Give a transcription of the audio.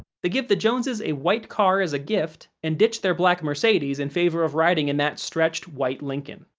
they give the joneses a white car as a gift and ditch their black mercedes in favor of riding in that stretched, white lincoln.